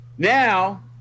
Now